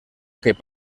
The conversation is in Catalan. aquell